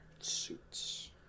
Suits